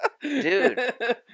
Dude